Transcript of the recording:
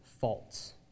false